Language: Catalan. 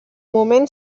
moment